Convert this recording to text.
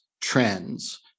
trends